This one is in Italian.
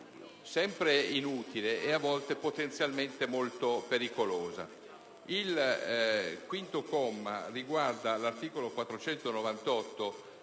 sempre inutile e a volte potenzialmente molto pericolosa.